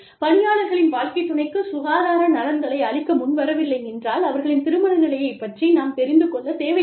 பணியாளர்களின் வாழ்க்கைத் துணைக்கு சுகாதார நலன்களை அளிக்க முன்வரவில்லை என்றால் அவர்களின் திருமண நிலையைப் பற்றி நாம் தெரிந்து கொள்ளத் தேவையில்லை